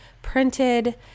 printed